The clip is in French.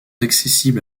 accessible